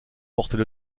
portait